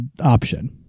option